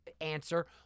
answer